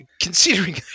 Considering